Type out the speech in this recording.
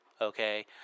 okay